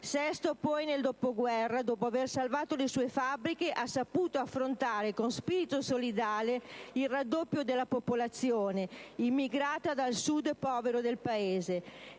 Sesto poi nel dopoguerra, dopo aver salvato le sue fabbriche, ha saputo affrontare con spirito solidale il raddoppio della popolazione immigrata dal Sud povero del Paese